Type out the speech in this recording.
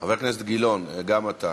חבר הכנסת גילאון, גם אתה.